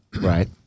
Right